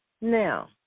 Now